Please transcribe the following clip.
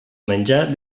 menjar